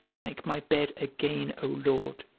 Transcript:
make my bed again, o lord,